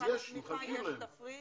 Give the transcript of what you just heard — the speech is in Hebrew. יש תפריט